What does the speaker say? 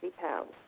pounds